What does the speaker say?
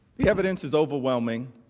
the evidence is overwhelming.